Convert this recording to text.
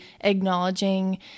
acknowledging